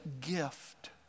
gift